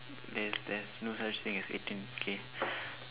there's there's no such thing as eighteen K